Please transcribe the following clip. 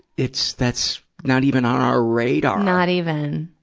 it's, that's not even on our radar. not even.